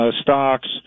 stocks